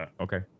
Okay